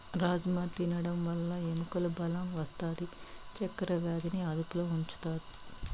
రాజ్మ తినడం వల్ల ఎముకలకు బలం వస్తాది, చక్కర వ్యాధిని అదుపులో ఉంచుతాది